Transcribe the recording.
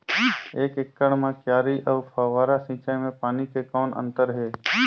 एक एकड़ म क्यारी अउ फव्वारा सिंचाई मे पानी के कौन अंतर हे?